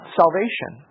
salvation